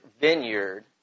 vineyard